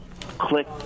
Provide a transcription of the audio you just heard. click